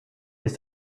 bis